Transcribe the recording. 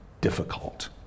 difficult